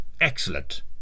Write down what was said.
excellent